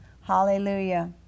Hallelujah